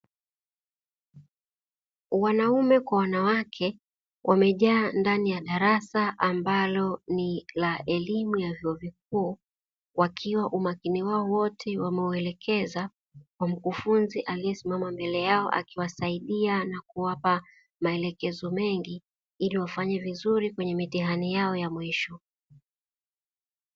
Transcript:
Wanaume kwa wanawake wamejaa ndani ya darasa ambalo ni la elimu ya vyuo vikuu, wakiwa umakini wao wote wameuelekeza kwa mkufunzi aliyesimama mbele yao akiwasaidia na kuwapa maelekezo mengi, ili wafanye vizuri kwenye mitihani yao ya mwisho.